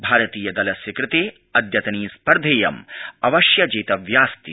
भारतीय दलस्य कृते अद्यतनी स्पर्धेयम् अवश्य जेतव्या अस्ति